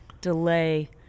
delay